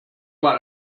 mal